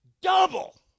double